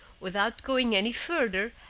without going any further,